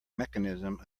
mechanism